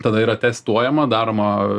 tada yra testuojama daroma